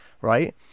right